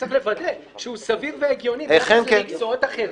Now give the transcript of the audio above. צריך לוודא שהוא צריך סביר והגיוני ביחס למקצועות אחרים.